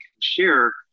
share